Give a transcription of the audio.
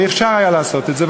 ואפשר היה לעשות את זה,